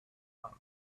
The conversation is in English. month